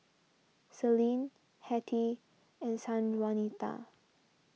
Celine Hettie and Sanjuanita